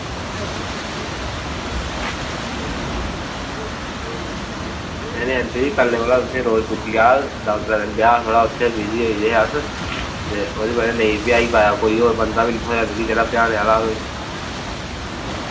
ते कल्ल कोला तुसेंगी रोज़ पुज्जी जाह्ग दरअसल ब्याह् ते उत्थें बिज़ी होई गेदे हे अस ते एह्दी बजह कन्नै नेईं पजाई पाया होर बंदा बी निं थ्होआ मिगी जेह्ड़ा पजाने आह्ला होऐ